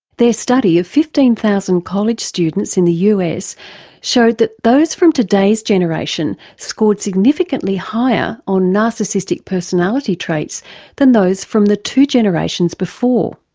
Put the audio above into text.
study of fifteen thousand college students in the us showed that those from today's generation scored significantly higher on narcissistic personality traits than those from the two generations before.